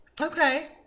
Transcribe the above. okay